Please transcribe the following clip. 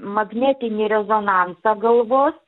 magnetinį rezonansą galvos